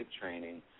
training